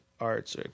Arts